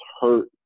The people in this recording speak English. hurt